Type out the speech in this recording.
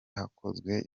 hakozwe